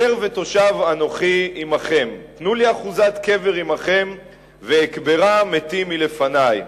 גר ותושב אנכי עמכם תנו לי אחזת קבר עמכם ואקברה מתי מלפני.